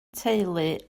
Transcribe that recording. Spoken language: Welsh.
teulu